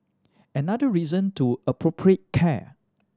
another reason to appropriate care